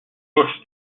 gauche